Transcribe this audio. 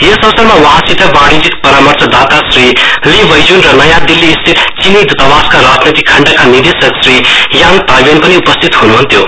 यस अवसरमा वहाँसित वाणिज्यिक परामर्शदाता श्री ली बैजुन र नयाँ दिल्ली स्थित चिनी दूतवासका राजनैतिक खण्डका निदेशक श्री याङ ताइवेन पनि उपस्थित हुनुहुन्थ्यो